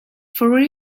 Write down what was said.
for